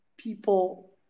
people